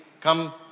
come